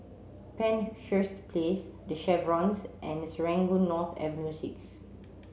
Penshurst Place the Chevrons and Serangoon North Avenue six